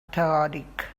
teòric